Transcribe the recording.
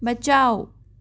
बचाओ